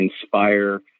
inspire